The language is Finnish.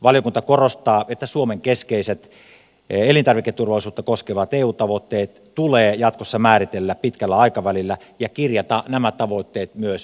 valiokunta korostaa että suomen keskeiset elintarviketurvallisuutta koskevat eu tavoitteet tulee jatkossa määritellä pitkällä aikavälillä ja kirjata nämä tavoitteet myös selkeästi esille